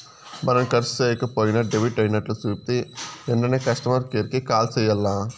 మనం కర్సు సేయక పోయినా డెబిట్ అయినట్లు సూపితే ఎంటనే కస్టమర్ కేర్ కి కాల్ సెయ్యాల్ల